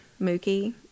Mookie